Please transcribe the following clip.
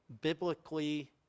biblically